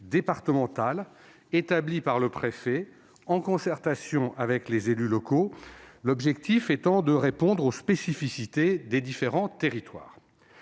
départementale, établie par le préfet en concertation avec les élus locaux, l'objectif étant de répondre aux spécificités des différents territoires.